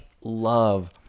love